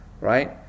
right